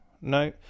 No